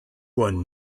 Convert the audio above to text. won